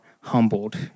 humbled